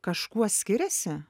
kažkuo skiriasi